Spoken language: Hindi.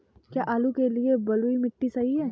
क्या आलू के लिए बलुई मिट्टी सही है?